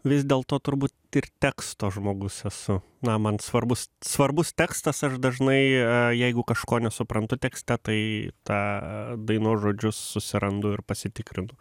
vis dėlto turbūt ir teksto žmogus esu na man svarbus svarbus tekstas aš dažnai jeigu kažko nesuprantu tekste tai tą dainos žodžius susirandu ir pasitikrinu